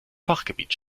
fachgebiet